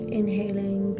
inhaling